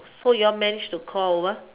so you all managed to crawl over